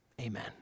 Amen